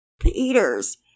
Peters